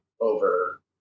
over